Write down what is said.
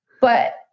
But-